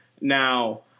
now